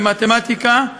במתמטיקה,